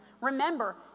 Remember